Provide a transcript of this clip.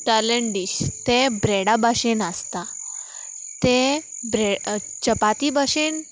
Thailand dish ते ब्रेडा भाशेन आसता ते ब्रेड चपाती भाशेन